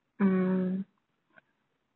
mm